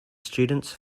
students